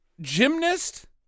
Gymnast